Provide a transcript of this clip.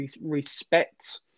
respect